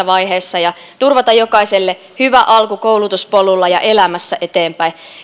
vaiheessa ja turvata jokaiselle hyvän alun koulutuspolulla ja elämässä eteenpäin